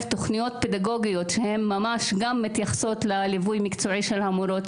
תוכניות פדגוגיות שגם מתייחסות לליווי מקצועי של המורות,